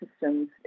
systems